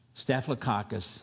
staphylococcus